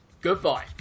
goodbye